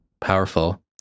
powerful